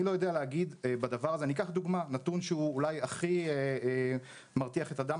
אני אקח דוגמה: הנתון שהוא אולי הכי מרתיח את הדם,